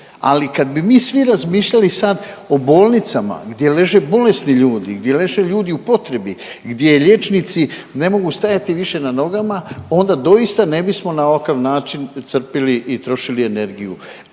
ali kad bi mi svi razmišljali sad o bolnicama gdje leže bolesni ljudi, gdje leže ljudi u potrebi, gdje liječnici ne mogu stajati više na nogama onda doista ne bismo na ovakav način crpili i trošili energiju.